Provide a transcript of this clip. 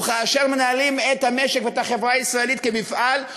וכאשר מנהלים את המשק ואת החברה הישראלית כמפעל,